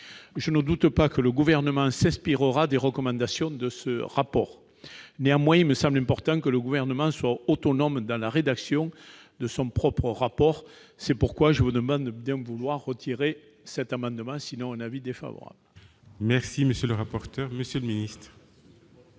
Je ne doute pas que le Gouvernement s'inspirera des recommandations de ce rapport. Néanmoins, il me semble important que le Gouvernement soit autonome dans la rédaction de son propre rapport. C'est pourquoi je vous demande de bien vouloir retirer votre amendement, ma chère collègue, faute de quoi l'avis sera